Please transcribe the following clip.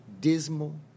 dismal